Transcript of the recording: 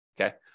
Okay